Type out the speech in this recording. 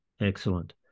Excellent